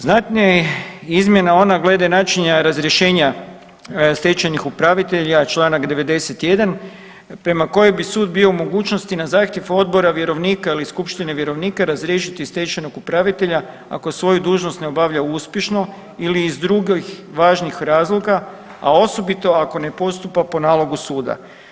Znatnija izmjena je ona glede načina razrješenja stečajnih upravitelja, članak 91. prema kojoj bi sud bio u mogućnosti na zahtjev odbora vjerovnika ili skupštine vjerovnika razriješiti stečajnog upravitelja ako svoju dužnost ne obavlja uspješno ili iz drugih važnih razloga, a osobito ako ne postupa po nalogu suda.